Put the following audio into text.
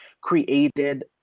created